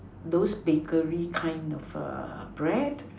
those bakery kind of err bread